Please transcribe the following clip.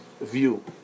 view